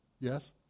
Yes